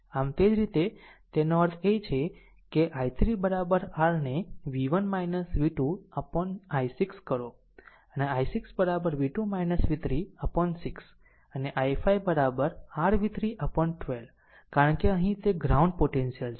આમ તે જ રીતે તેનો અર્થ એ છે કે i3 r ને v1 v2 upon i6 કરો અને i6 v2 v3 upon 6 અને i5 r v3 upon 12 કારણ કે અહીં તે ગ્રાઉન્ડ પોટેન્શિયલ છે